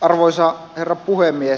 arvoisa herra puhemies